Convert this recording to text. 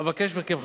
אבקש מכם,